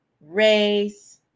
race